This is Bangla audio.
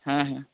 হ্যাঁ হ্যাঁ